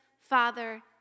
Father